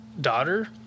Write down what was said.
daughter